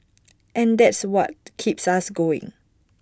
and that's what keeps us going